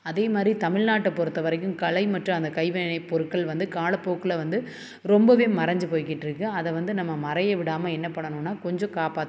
அதேமாதிரி தமிழ்நாட்டை பொறுத்த வரைக்கும் கலை மற்றும் அந்த கைவினைனை பொருட்கள் வந்து கால போக்கில் வந்து ரொம்பவே மறஞ்சு போய்கிட்ருக்கு அதை வந்து நம்ம மறைய விடாமல் என்ன பண்ணனும்னா கொஞ்சம் காப்பாற்றணும்